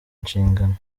nshingano